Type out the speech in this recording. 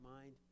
mind